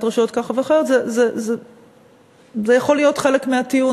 רשויות כך ואחרת יכול להיות חלק מהטיעון,